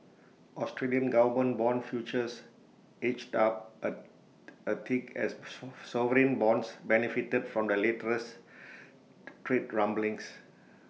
Australian government Bond futures edged up A a tick as sovereign bonds benefited from the latest trade rumblings